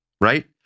Right